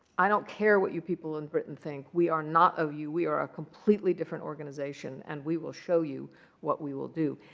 i don't care what you people in britain think. we are not of you. we are a completely different organization. and we will show you what we will do.